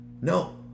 no